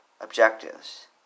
objectives